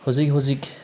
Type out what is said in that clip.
ꯍꯧꯖꯤꯛ ꯍꯧꯖꯤꯛ